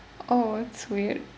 oh that's weird